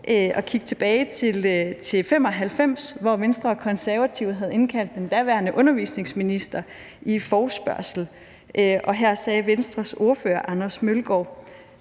at kigge tilbage på 1995, hvor Venstre og Konservative havde indkaldt den daværende undervisningsminister til en forespørgsel. Her sagde Venstres ordfører, Anders Mølgaard: